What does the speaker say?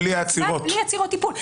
בלי עצירות טיפול.